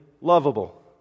lovable